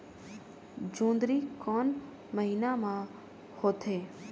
जोंदरी कोन महीना म होथे?